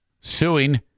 Suing